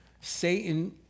Satan